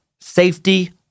safety